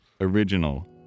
original